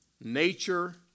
nature